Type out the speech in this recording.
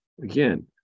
Again